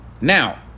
Now